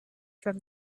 from